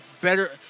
better